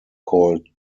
called